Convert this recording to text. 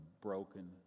broken